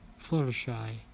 Fluttershy